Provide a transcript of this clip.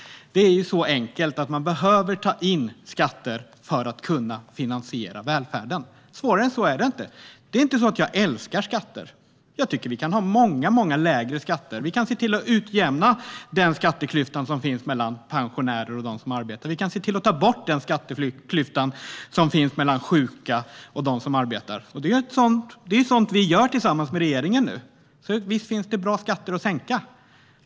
Det är ju så enkelt att man behöver ta in skatter för att kunna finansiera välfärden. Svårare än så är det inte. Det är inte så att jag älskar skatter. Jag tycker att vi kan ha många lägre skatter. Vi kan se till att utjämna den skatteklyfta som finns mellan pensionärer och dem som arbetar. Vi kan se till att ta bort den skatteklyfta som finns mellan sjuka och dem som arbetar. Det är sådant som vi nu gör tillsammans med regeringen. Visst finns det skatter som det är bra att sänka.